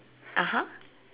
(uh huh)